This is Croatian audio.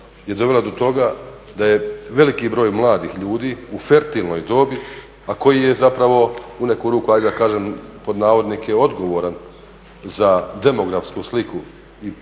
je dovela do toga da je veliki broj mladih ljudi u fertilnoj dobi, a koji je zapravo u neku ruku ajde da kažem "odgovoran" za demografsku sliku i popravak